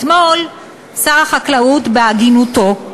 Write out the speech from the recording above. אתמול שר החקלאות, בהגינותו,